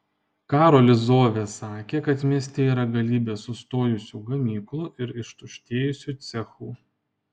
karolis zovė sakė kad mieste yra galybė sustojusių gamyklų ir ištuštėjusių cechų